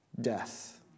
death